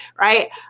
Right